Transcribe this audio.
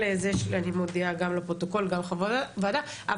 אני מודיעה גם לפרוטוקול וגם לחברי הוועדה.